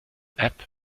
app